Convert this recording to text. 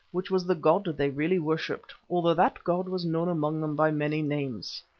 which was the god they really worshipped, although that god was known among them by many names.